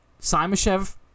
Simashev